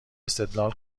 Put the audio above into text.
استدلال